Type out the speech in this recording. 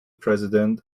president